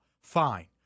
Fine